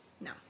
No